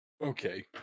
okay